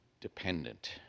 dependent